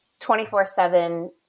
24-7